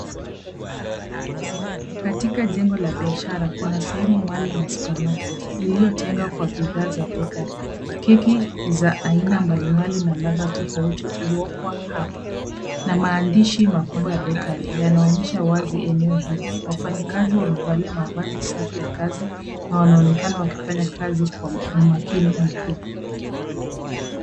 Katika jengo la biashara, kuna sehemu maalum ya supermarket , lililotengwa kwa bidhaa za bakery . Keki za aina mbalimbali na ladha tofauti huokwa hapa, na maandishi makubwa ya bakery yanaonyesha wazi eneo hili. Wafanyakazi wamevalia mavazi safi ya kazi na wanaonekana wakifanya kazi kwa umakini mkubwa.